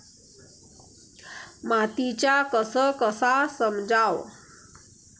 मातीचा कस कसा समजाव?